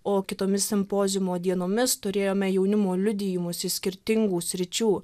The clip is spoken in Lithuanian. o kitomis simpoziumo dienomis turėjome jaunimo liudijimus iš skirtingų sričių